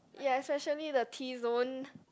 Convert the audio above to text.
ya especially the T zone